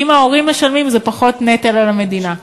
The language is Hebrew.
כי אם ההורים משלמים זה פחות נטל על המדינה,